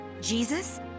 Jesus